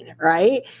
right